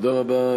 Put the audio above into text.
תודה רבה.